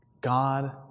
God